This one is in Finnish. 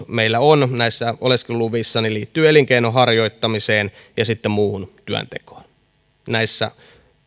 meillä on suurimmat aikakestot näissä oleskeluluvissa ne liittyvät elinkeinon harjoittamiseen ja muuhun työntekoon näissä